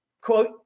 quote